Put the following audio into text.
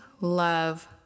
love